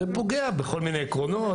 זה פוגע בכל מיני עקרונות.